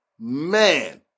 man